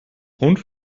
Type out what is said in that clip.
hund